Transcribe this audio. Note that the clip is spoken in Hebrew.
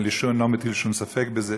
אני לא מטיל שום ספק בזה,